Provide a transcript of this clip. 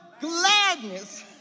gladness